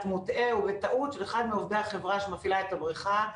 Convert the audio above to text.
מוטעה ובטעות של אחד מעובדי החברה שמפעילה את הבריכה.